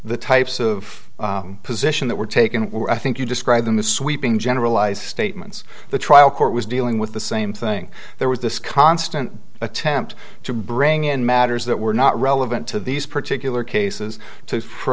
the types of position that were taken were i think you describe them as sweeping generalized statements the trial court was dealing with the same thing there was this constant attempt to bring in matters that were not relevant to these particular cases to